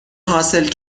حاصل